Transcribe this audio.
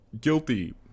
guilty